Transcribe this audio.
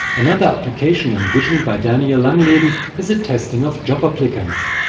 another application envisioned by daniel langleben is the testing of job applicants.